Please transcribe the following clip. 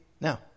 Now